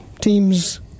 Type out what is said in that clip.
teams